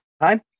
time